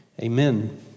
Amen